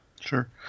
sure